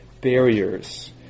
barriers